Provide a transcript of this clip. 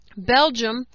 Belgium